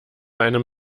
einem